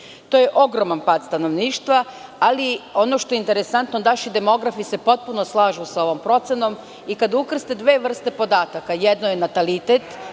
To je ogroman pad stanovništva, ali ono što je interesantno, naši demografi se u potpunosti slažu sa ovom procenom. Kada se ukrste dve vrste podataka, jedno je natalitet,